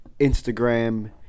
Instagram